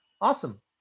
awesome